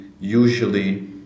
usually